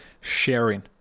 sharing